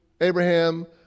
Abraham